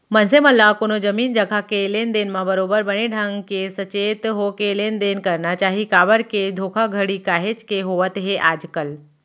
मनसे मन ल कोनो जमीन जघा के लेन देन म बरोबर बने ढंग के सचेत होके लेन देन करना चाही काबर के धोखाघड़ी काहेच के होवत हे आजकल